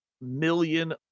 million